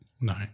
No